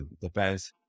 depends